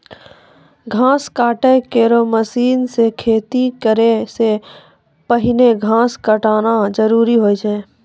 घास काटै केरो मसीन सें खेती करै सें पहिने घास काटना जरूरी होय छै?